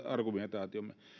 argumentaatiotamme nitistetään